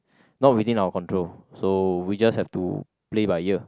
not within our control so we just have to play by ear